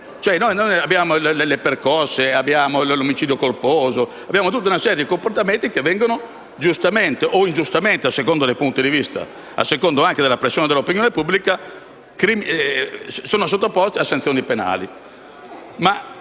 state: abbiamo le percosse, abbiamo l'omicidio colposo, abbiamo tutta una serie di comportamenti che vengono, giustamente o ingiustamente - a seconda dei punti di vista, a seconda anche della persona e dell'opinione pubblica - sottoposti a sanzioni penali.